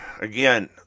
Again